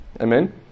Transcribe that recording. Amen